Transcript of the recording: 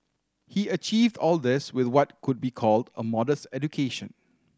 he achieved all this with what could be called a modest education